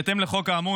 בהתאם לחוק האמור,